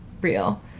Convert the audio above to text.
real